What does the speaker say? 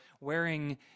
wearing